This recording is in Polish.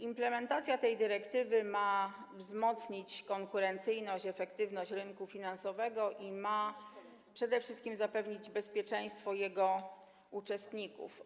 Implementacja tej dyrektywy ma wzmocnić konkurencyjność i efektywność rynku finansowego i ma przede wszystkim zapewnić bezpieczeństwo jego uczestników.